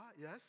Yes